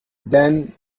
then